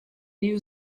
new